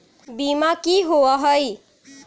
बीमा की होअ हई?